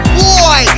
boy